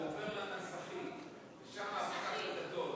זה עובר לנסחים, שם הפקק הגדול.